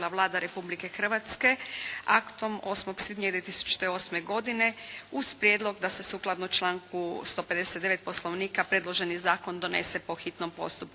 Vlada Republike Hrvatske aktom od 8. svibnja 2008. godine uz prijedlog da se sukladno članku 159. Poslovnika predloženi zakon donese po hitnom postupku.